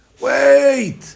Wait